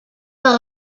par